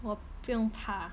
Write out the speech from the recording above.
我不用怕